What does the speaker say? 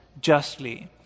justly